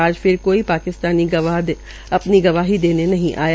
आज फिर कोई पाकिस्तानी गवाह अपनी गवाही देने नहीं आया